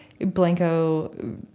Blanco